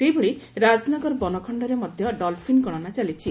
ସେହିଭଳି ରାଜନଗର ବନଖଣ୍ ରେ ମଧ୍ ଡଲଫିନ୍ ଗଣନା ଚାଲିଛି